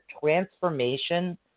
transformation